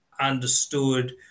understood